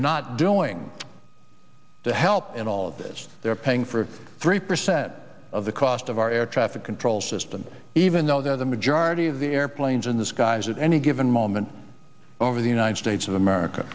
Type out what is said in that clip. not doing to help in all of this they're paying for three percent of the cost of our air traffic control system even though they're the majority of the airplanes in the skies at any given moment over the united states of america